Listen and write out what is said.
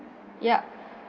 yup